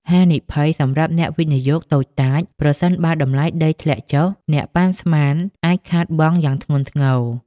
ហានិភ័យសម្រាប់អ្នកវិនិយោគតូចតាច: ប្រសិនបើតម្លៃដីធ្លាក់ចុះ អ្នកប៉ាន់ស្មាន អាចខាតបង់យ៉ាងធ្ងន់ធ្ងរ។